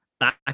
back